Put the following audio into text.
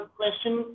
question